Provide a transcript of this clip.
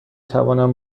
توانم